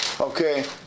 okay